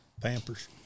Pampers